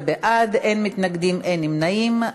14 בעד, אין מתנגדים, אין נמנעים.